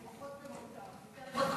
ופחות במותם.